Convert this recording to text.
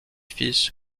fils